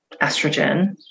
estrogen